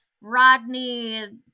rodney